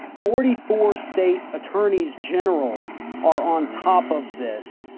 forty four state attorneys general are on top of this.